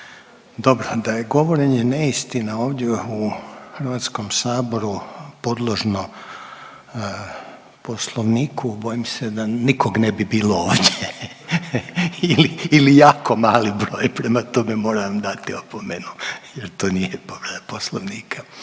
Dobro, da je govorenje neistina ovdje u Hrvatskom saboru podložno Poslovniku bojim se da nikog ne bi bilo ovdje ili jako mali broj, prema tome moram vam dati opomenu jer to nije povreda Poslovnika.